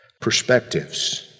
Perspectives